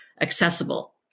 accessible